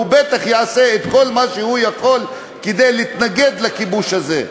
הוא בטח יעשה את כל מה שהוא יכול כדי להתנגד לכיבוש הזה,